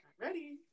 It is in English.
Ready